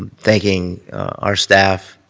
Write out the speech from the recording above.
um thanking our staff,